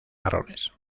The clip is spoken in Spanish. marrones